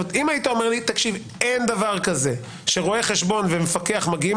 אם היית אומר לי: אין דבר כזה שרואה חשבון ומפקח מגיעים